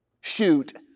Shoot